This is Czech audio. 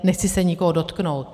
Nechci se nikoho dotknout.